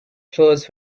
closed